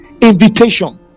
invitation